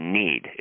need